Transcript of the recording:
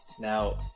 Now